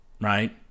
right